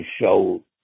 show